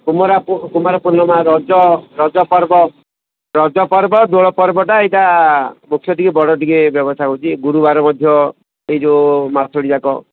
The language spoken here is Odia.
କୁମାର ପୂର୍ଣ୍ଣିମା ରଜ ରଜ ପର୍ବ ରଜ ପର୍ବ ଦୋଳ ପର୍ବଟା ଏଇଟା ମୁଖ୍ୟ ଟିକେ ବଡ଼ ଟିକେ ବ୍ୟବସାୟ ହେଉଛି ଗୁରୁବାର ମଧ୍ୟ ଏଇ ଯେଉଁ ମାସଟି ଯାକ